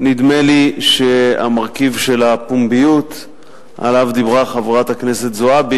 נדמה לי שהמרכיב של הפומביות שעליו דיברה חברת הכנסת זועבי,